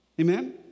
Amen